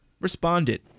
responded